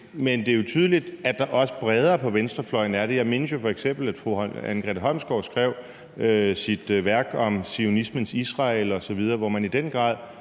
Men det er jo tydeligt, at der også bredere på venstrefløjen er det. Jeg mindes jo f.eks., at fru Anne Grete Holmsgaard skrev sit værk om zionismens Israel, hvor man i den grad